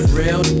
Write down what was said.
real